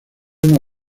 una